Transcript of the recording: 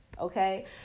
okay